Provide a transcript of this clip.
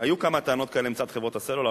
היו כמה טענות כאלה מצד חברות הסלולר.